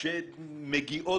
שמגיעות